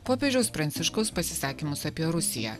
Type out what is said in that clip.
popiežiaus pranciškaus pasisakymus apie rusiją